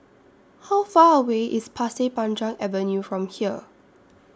How Far away IS Pasir Panjang Avenue from here